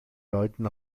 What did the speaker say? deuten